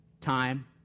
Time